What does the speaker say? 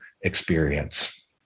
experience